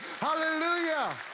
Hallelujah